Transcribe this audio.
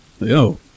Yo